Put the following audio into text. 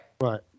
Right